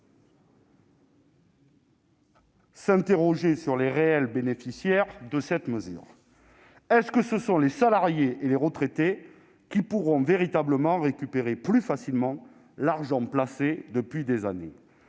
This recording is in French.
l'identité de ses réels bénéficiaires : est-ce que ce sont les salariés et les retraités, qui pourront véritablement récupérer plus facilement l'argent placé depuis des années,